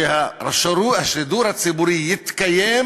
שהשידור הציבורי יתקיים